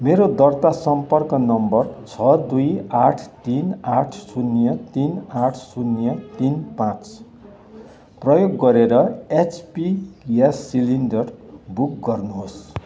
मेरो दर्ता सम्पर्क नम्बर छ दुई आठ तिन आठ शून्य तिन आठ शून्य तिन पाँच प्रयोग गरेर एचपी ग्यास सिलिन्डर बुक गर्नुहोस्